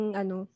ano